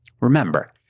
Remember